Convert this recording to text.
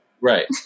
Right